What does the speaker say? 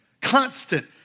constant